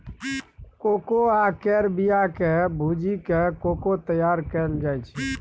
cocoa केर बिया केँ भूजि कय कोको तैयार कएल जाइ छै